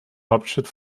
hauptstadt